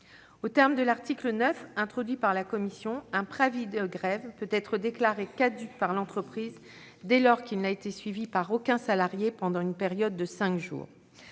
Aux termes de l'article 9 introduit par la commission, un préavis de grève pourra être déclaré caduc par l'entreprise dès lors qu'il n'aura été suivi par aucun salarié pendant une période de cinq jours.